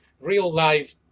real-life